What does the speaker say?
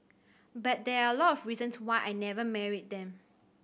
but there are a lot of reasons why I never married them